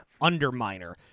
Underminer